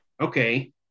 Okay